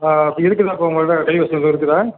ஆ அப்போ இருக்குதா உங்ககிட்ட கைவசம் இருக்குதா